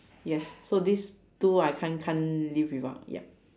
yes so these two I can't can't live without yup